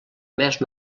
més